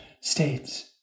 states